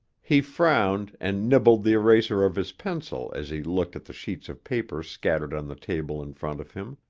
he frowned and nibbled the eraser of his pencil as he looked at the sheets of paper scattered on the table in front of him,